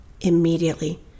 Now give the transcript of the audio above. Immediately